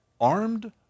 armed